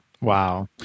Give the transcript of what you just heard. Wow